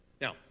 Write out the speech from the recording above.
Now